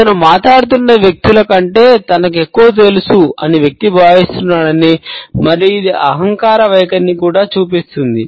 అతను మాట్లాడుతున్న వ్యక్తుల కంటే తనకు ఎక్కువ తెలుసు అని వ్యక్తి భావిస్తున్నాడని మరియు ఇది అహంకార వైఖరిని కూడా చూపిస్తుంది